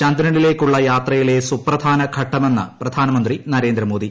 ചന്ദ്രനിലേക്കുള്ള യാത്രയിലെ സുപ്രധാനഘട്ടമെന്ന് പ്രെയ്ന്നമന്ത്രി നരേന്ദ്രമോദി